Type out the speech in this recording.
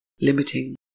limiting